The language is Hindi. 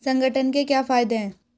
संगठन के क्या फायदें हैं?